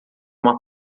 uma